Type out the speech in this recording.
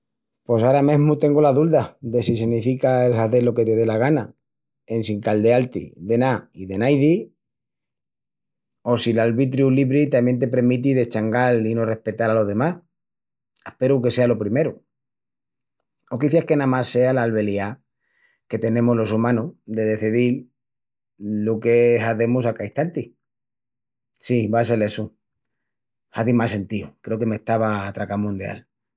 Pos ara mesmu tengu la dulda de si senifica el hazel lo que te dé la gana, en sin caldeal-ti de ná i de naidi. O si l'albitriu libri tamién te premiti d'eschangal i no respetal alos demás. Asperu que sea lo primeru. O quiciás que namás sea l'albeliá que tenemus los umanus de decedil lu qué hazemus a ca istanti. Sí, va a sel essu. Hazi más sentíu, creu que m'estava a tracamundeal.